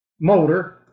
motor